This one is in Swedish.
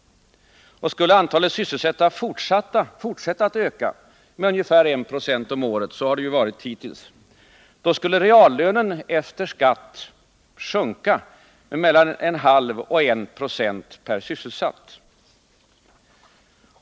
Och skulle antalet sysselsatta fortsätta att öka med ungefär 1 20 per år — så har det ju varit hittills — skulle reallönen efter skatt sjunka med mellan en halv och en procent per sysselsatt.